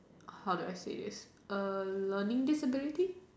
how do I say this learning disability